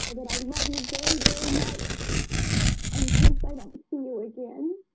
but i love you very very much in case i don't see you again